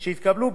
בפטור ממס,